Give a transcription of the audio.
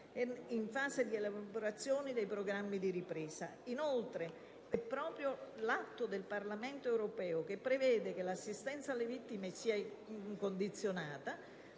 in fase di elaborazione dei programmi di ripresa. Sempre l'atto del Parlamento europeo prevede che l'assistenza alle vittime sia incondizionata,